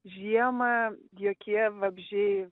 žiemą jokie vabzdžiai